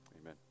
amen